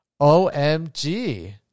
OMG